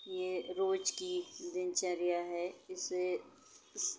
ये रोज़ की दिनचर्या है इसे इस